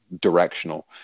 directional